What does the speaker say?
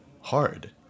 hard